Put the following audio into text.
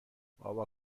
بابا